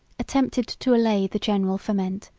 attempted to allay the general ferment,